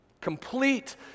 Complete